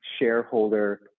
shareholder